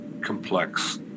complex